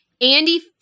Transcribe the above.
Andy